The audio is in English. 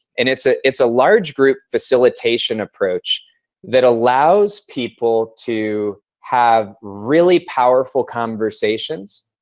and it's ah it's a large-group facilitation approach that allows people to have really powerful conversations,